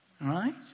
right